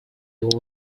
его